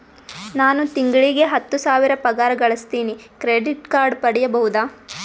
ನಾನು ತಿಂಗಳಿಗೆ ಹತ್ತು ಸಾವಿರ ಪಗಾರ ಗಳಸತಿನಿ ಕ್ರೆಡಿಟ್ ಕಾರ್ಡ್ ಪಡಿಬಹುದಾ?